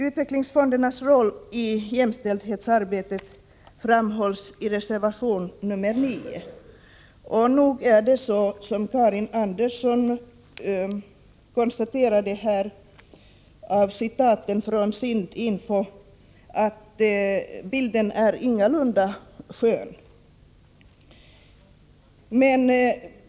Utvecklingsfondernas roll i jämställdhetsarbetet framhålls i reservation 9. Nog är det så som Karin Andersson konstaterade i sitt citat ur SIND-Info — bilden är ingalunda skön.